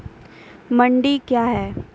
मंडी क्या हैं?